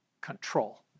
control